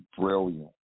brilliant